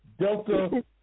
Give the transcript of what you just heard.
Delta